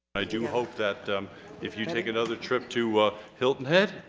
i do hope that if you take another trip to hilton head.